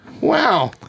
Wow